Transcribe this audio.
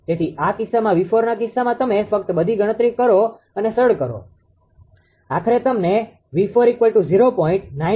તેથી આ કિસ્સામાં 𝑉4ના કિસ્સામાં તમે ફક્ત બધી ગણતરીઓ કરો અને સરળ કરો આખરે તમને 𝑉40